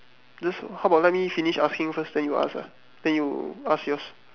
this how about let me finish asking first then you ask ah then you ask yours